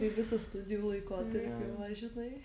tai visą studijų laikotarpį va žinai